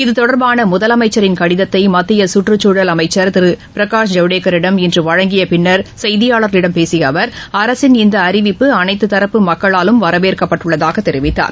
இதுதொடர்பாள முதலமைச்சரின் கடிதத்தை மத்திய கற்றுச்சூழல் அமைச்சர் திரு பிரகாஷ் ஜவ்டேகரிடம் இன்று வழங்கிய பின்னர் செய்தியாளர்களிடம் பேசிய அவர் அரசின் இந்த அறிவிப்பு அனைத்து தரப்பு மக்களாலும் வரவேற்கப்பட்டுள்ளதாக தெரிவித்தார்